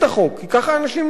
כי ככה אנשים נוהגים,